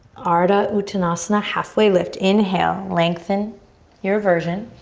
ardha uttanasana, halfway lift. inhale, lengthen your version.